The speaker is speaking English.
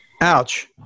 Ouch